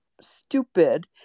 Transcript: stupid